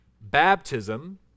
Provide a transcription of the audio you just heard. baptism